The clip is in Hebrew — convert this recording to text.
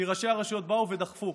כי ראשי הרשויות באו ודחפו.